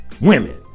women